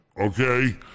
okay